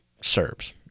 Serbs